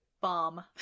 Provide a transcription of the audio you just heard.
Bomb